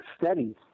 studies